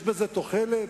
יש בזה תוחלת?